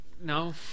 no